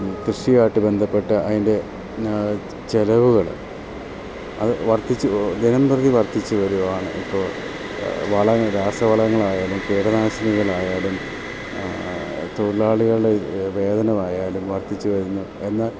ഈ കൃഷിയായിട്ട് ബന്ധപ്പെട്ട് അതിൻ്റെ ചിലവുകൾ അത് വർദ്ധിച്ച് ദിനംപ്രതി വർദ്ധിച്ച് വരുവാണ് ഇപ്പോൾ വളങ്ങൾ രാസവളങ്ങളായാലും കീടനാശിനികളായാലും തൊഴിലാളികളുടെ വേദനമായാലും വർദ്ധിച്ച് വരുന്നു എന്ന്